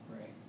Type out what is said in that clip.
right